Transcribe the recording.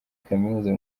kaminuza